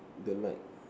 don't like